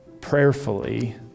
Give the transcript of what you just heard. prayerfully